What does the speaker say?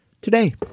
today